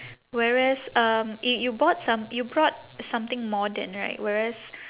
whereas um i~ you bought some~ you bought something modern right whereas